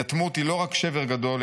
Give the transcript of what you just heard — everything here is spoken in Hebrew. יתמות היא לא רק שבר גדול,